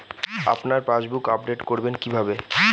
আপনার passbook update করবেন কিভাবে?